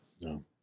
No